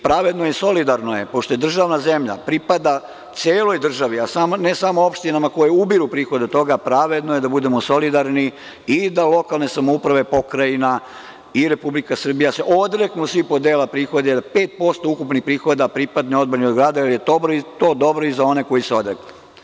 Pravedno i solidarno je, pošto državna zemlja celoj državi, ne samo opštinama koje ubiraju prihode od toga, pravedno je da budemo solidarni i da lokalne samouprave, Pokrajina i Republika Srbija se odreknu dela prihoda i da 5% ukupnih prihoda pripadne odbrani od grada, jer je to dobro i za one koji se odreknu.